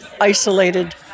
isolated